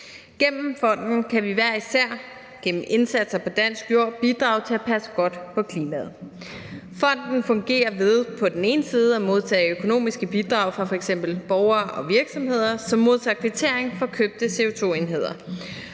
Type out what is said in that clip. Gennem fonden kan vi hver især gennem indsatser på dansk jord bidrage til at passe godt på klimaet. Fonden fungerer ved på den ene side at modtage økonomiske bidrag fra f.eks. borgere og virksomheder, som modtager kvittering for købte CO2-enheder,